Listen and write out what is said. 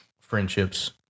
friendships